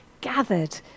gathered